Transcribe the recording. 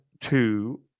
two